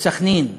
בסח'נין,